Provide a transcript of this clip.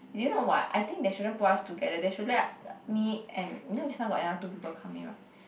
do you know what I think they shouldn't put us together they should let me and you know just now got another two people come in right